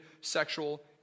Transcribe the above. sexual